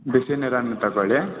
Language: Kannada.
ಬಿಸಿ ನೀರನ್ನು ತಗೊಳ್ಳಿ